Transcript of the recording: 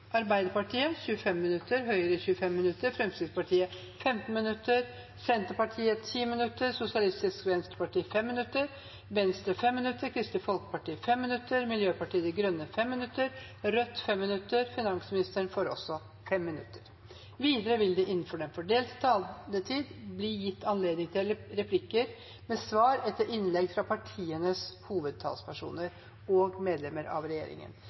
Arbeiderpartiet 25 minutter, Høyre 25 minutter, Fremskrittspartiet 15 minutter, Senterpartiet 10 minutter, Sosialistisk Venstreparti 5 minutter, Venstre 5 minutter, Kristelig Folkeparti 5 minutter, Miljøpartiet De Grønne 5 minutter, Rødt 5 minutter og finansministeren 5 minutter. Videre vil det – innenfor den fordelte taletid – bli gitt anledning til replikker med svar etter innlegg fra partienes hovedtalspersoner og medlemmer av regjeringen.